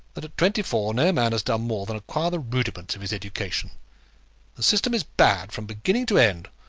that at twenty-four no man has done more than acquire the rudiments of his education. the system is bad from beginning to end.